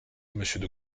monsieur